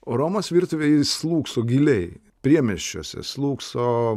o romos virtuvė ji slūgso giliai priemiesčiuose slūgso